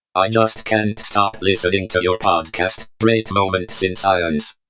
i just can't stop listening to your podcast, great moments in science.